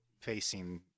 Facing